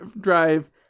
drive